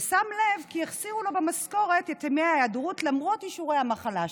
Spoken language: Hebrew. ושם לב כי החסירו לו במשכורת את ימי ההיעדרות למרות אישורי המחלה שלו.